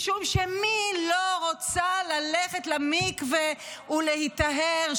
משום שמי לא רוצה ללכת למקווה ולהיטהר,